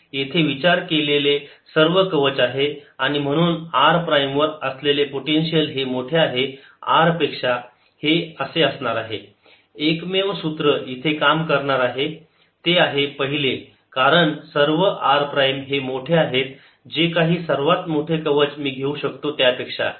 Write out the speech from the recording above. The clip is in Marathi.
येथे विचार केलेले सर्व कवच आणि म्हणून r प्राईम वर असलेले पोटेन्शियल हे मोठे आहे R पेक्षा हे असे असणार आहे एकमेव सूत्र इथे काम करणार आहे आहे ते आहे पहिले कारण सर्व r प्राईम हे मोठे आहेत जे काही सर्वात मोठे कवच मी घेऊ शकतो त्यापेक्षा